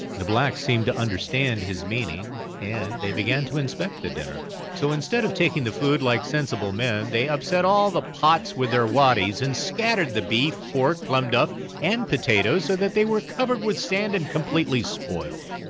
the blacks seemed to understand his meaning, and they began to inspect the dinner so instead of taking the food like sensible men, they upset all the pots with their waddies, and scattered the beef, pork, plum duff and potatoes, so that they were covered with sand and completely spoiled.